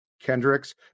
Kendricks